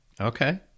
Okay